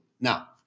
Now